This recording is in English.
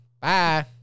Bye